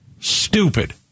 stupid